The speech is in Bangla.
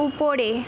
উপরে